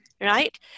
right